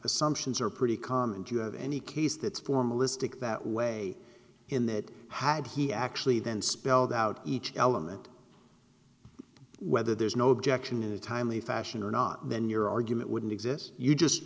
assumptions are pretty common do you have any case that's formalistic that way in that had he actually then spelled out each element whether there's no objection in a timely fashion or not then your argument wouldn't exist you just